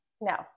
No